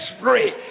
free